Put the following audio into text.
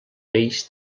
peix